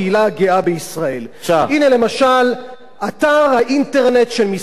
הנה, למשל, אתר האינטרנט של משרד החוץ של ישראל.